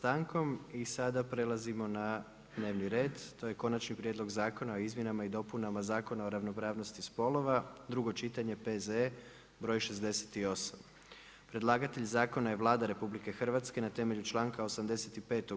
I sada prelazimo na dnevni red, to je: - Konačni prijedlog Zakona o izmjenama i dopunama zakona o ravnopravnosti spolova, drugo čitanje, P.Z.E. br. 68; Predlagatelj Zakona je Vlada Republike Hrvatske na temelju članka 85.